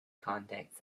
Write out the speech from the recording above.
context